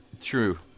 True